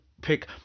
pick